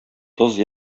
тоз